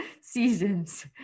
seasons